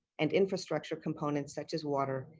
and infrastructure components such as water,